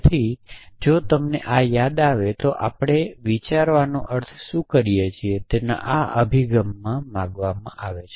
તેથી જો તમને આ યાદ આવે તો આપણે વિચારવાનો અર્થ શું કરીએ છીએ તેના આ અભિગમમાં માંગવામાં આવે છે